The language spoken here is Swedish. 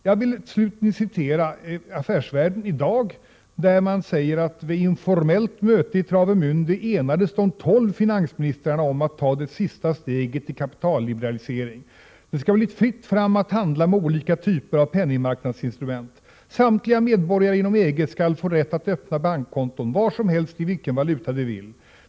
Jag vill till slut citera Affärsvärlden från i dag, där man säger: ”Vid ett 157 informellt möte i Traveminde enades de tolv finansministrarna om att ta det sista steget i kapitalliberalisering. ——— Det skall bli fritt fram att handla med olika typer av penningmarknadsinstrument. Samtliga medborgare inom EG skall få rätt att öppna bankkonton var som helst i vilken valuta de vill.